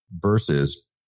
versus